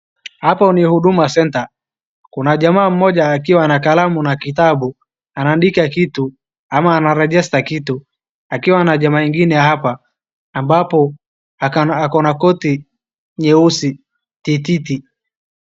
Hapo ni huduma centre , kuna jamaa mmoja akiwa na kalamu na kitabu anaandika kitu ama anarejesta kitu akiwa na jamaa ingine hapa ambapo ako na koti nyeusi tititi.